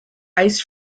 ice